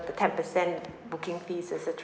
the ten percent booking fees et cetera